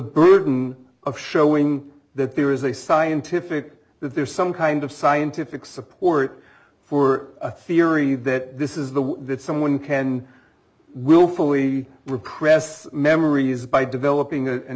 burden of showing that there is a scientific that there is some kind of scientific support for a theory that this is the way that someone can willfully repress memories by developing an